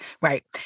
Right